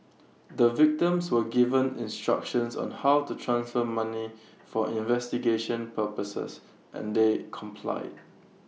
the victims were given instructions on how to transfer money for investigation purposes and they complied